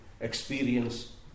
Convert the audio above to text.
experience